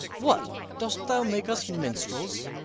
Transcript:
what, dost thou make us minstrels?